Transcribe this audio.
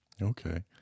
Okay